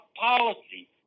policy